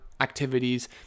activities